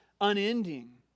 unending